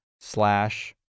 slash